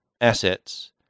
assets